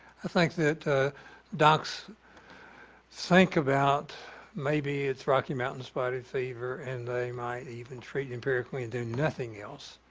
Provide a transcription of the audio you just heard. think that docs think about maybe it's rocky mountain spotted fever and they might even treat empirically and do nothing else.